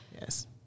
Yes